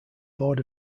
board